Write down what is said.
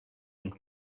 and